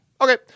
Okay